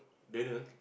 Daniel